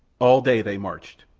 all day they marched.